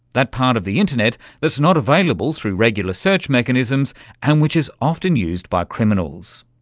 that part of the internet that's not available through regular search mechanisms and which is often used by criminals.